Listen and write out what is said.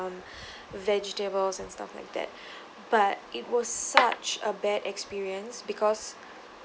um vegetables and stuff like that but it was such a bad experience because